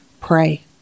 Pray